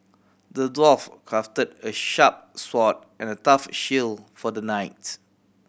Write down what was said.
the dwarf crafted a sharp sword and a tough shield for the knight